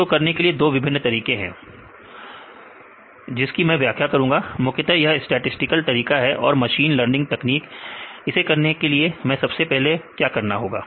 उसको करने के लिएदो विभिन्नतरीके हैं जिसकी मैं व्याख्या करूंगा मुख्यतः यह स्टैटिसटिकल तरीका है और मशीन लर्निंगतकनीक इसे करने के लिए मैं सबसे पहलेक्या करना होगा